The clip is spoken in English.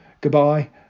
goodbye